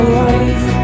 life